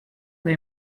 they